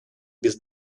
без